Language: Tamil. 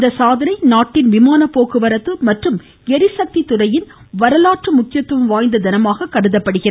இந்த சாதனை நாட்டின் விமான போக்குவரத்து மற்றும் ளிசக்தி துறையின் வரலாற்று முக்கியத்துவம் வாய்ந்த தினமாக கருதப்படுகிறது